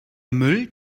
müll